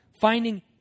Finding